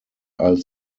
als